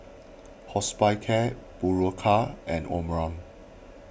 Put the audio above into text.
Hospicare Berocca and Omron